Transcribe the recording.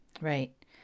Right